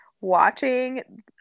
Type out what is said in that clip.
watching